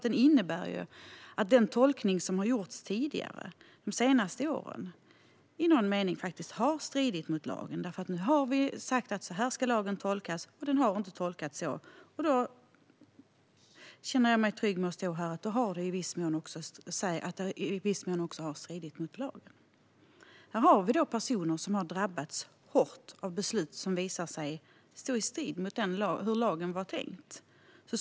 Den innebär nämligen att den tolkning som har gjorts tidigare under de senaste åren i någon mening har stridit mot lagen. Nu har det sagts att lagen ska tolkas på ett visst sätt, och så har den inte tolkats förut. Jag känner mig därför trygg med att säga att man tidigare i viss mån har stridit mot lagen. Det finns personer som har drabbats hårt av beslut som har visat sig stå i strid med hur lagen var tänkt.